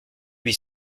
huit